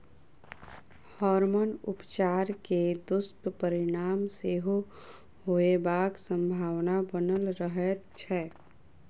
hormone उपचार के दुष्परिणाम सेहो होयबाक संभावना बनल रहैत छै